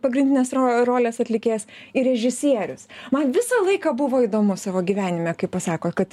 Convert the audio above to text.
pagrindinės ro rolės atlikėjas ir režisierius man visą laiką buvo įdomu savo gyvenime kai pasako kat